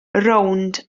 rownd